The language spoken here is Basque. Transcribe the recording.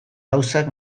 gauzak